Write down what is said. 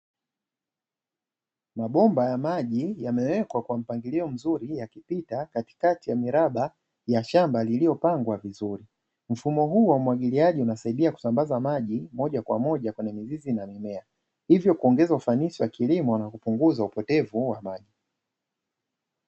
Mabomba ya maji yamewekwa kwa mpangilio mzuri yakipita katikati ya miraba ya shamba lililo pangwa vizuri, mfumo huu wa umwagiliaji unasaidia kusambaza moja kwa moja kwenye mizizi na mimea, hivyo kuongeza ufanisi wa kilimo na kupunguza upotevu wa maji.